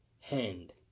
hand